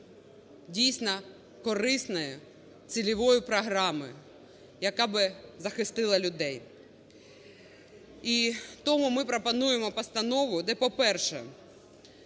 дійсно корисної цільової програми, яка би захистила людей. І тому ми пропонуємо постанову, де, по-перше,